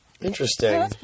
Interesting